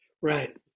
right